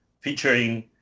featuring